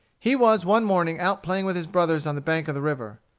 he was one morning out playing with his brothers on the bank of the river.